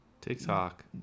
tiktok